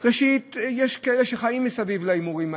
ראשית, יש כאלה שחיים מסביב להימורים האלה,